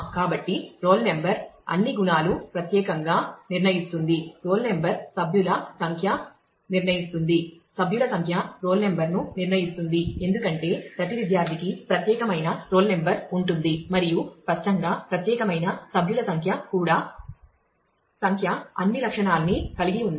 కాబట్టి roll number → అన్నీ గుణాలు ప్రత్యేకంగా రోల్ నెంబర్→సభ్యుల సంఖ్య సభ్యుల సంఖ్య → రోల్ నెంబర్ ఎందుకంటే ప్రతి విద్యార్థికి ప్రత్యేకమైన రోల్ నెంబర్ ఉంటుంది మరియు స్పష్టంగా ప్రత్యేకమైన సభ్యుల సంఖ్య కూడా సంఖ్య→ అన్ని లక్షణాన్ని కలిగి ఉంది